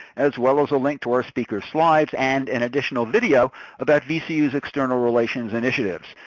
as well as a link to our speaker slides and an additional video about vcu's external relations initiatives.